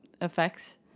effects